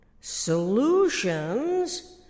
Solutions